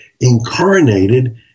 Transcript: incarnated